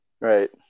Right